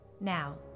Now